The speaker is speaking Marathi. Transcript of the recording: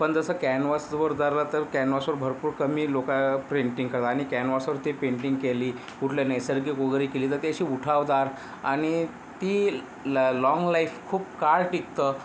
पण जसं कॅनव्हासवर झालं तर कॅनव्हासवर भरपूर कमी लोक पेंटिंग करा आणि कॅनव्हासवरती ते पेंटिंग केली कुठलं नैसर्गिक वगैरे केली तर ती अशी उठावदार आणि ती ल लाँग लाईफ खूप काळ टिकतं